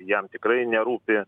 jam tikrai nerūpi